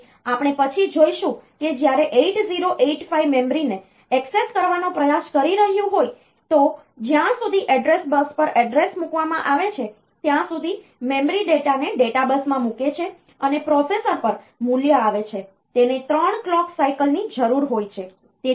તેથી આપણે પછી જોઈશું કે જ્યારે 8085 મેમરીને એક્સેસ કરવાનો પ્રયાસ કરી રહ્યું હોય તો જ્યાં સુધી એડ્રેસ બસ પર એડ્રેસ મુકવામાં આવે છે ત્યાં સુધી મેમરી ડેટાને ડેટા બસમાં મૂકે છે અને પ્રોસેસર પર મૂલ્ય આવે છે તેને 3 ક્લોક સાયકલની જરૂર હોય છે